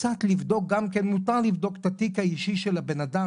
קצת לבדוק גם כן ומותר לבדוק גם את התיק האישי של הבן אדם